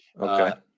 Okay